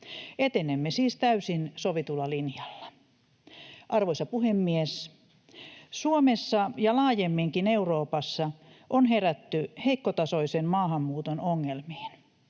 Etenemme siis täysin sovitulla linjalla. Arvoisa puhemies! Suomessa ja laajemminkin Euroopassa on herätty heikkotasoisen maahanmuuton ongelmiin.